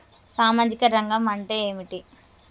సామాజిక రంగం అంటే ఏమిటి?